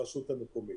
הרשות המקומית.